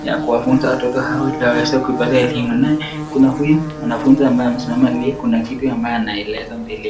ya kuwafunza watoto hawa ili waweze kupata elimu. Naye kuna huyu mwanafunzi ambaye amesimama pia kuna kitu ambayo anaeleza mbele yao.